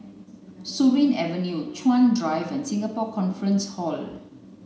Surin Avenue Chuan Drive and Singapore Conference Hall